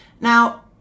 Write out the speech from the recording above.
Now